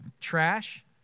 Trash